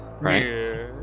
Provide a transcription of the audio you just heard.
right